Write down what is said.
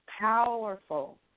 powerful